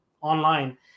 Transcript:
online